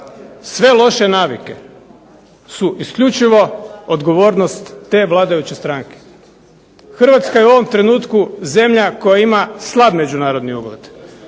sve loše navike su isključivo odgovornost te vladajuće stranke. Hrvatska je u ovom trenutku zemlja koja ima slab međunarodni ugled